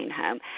home